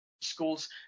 schools